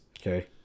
Okay